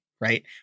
right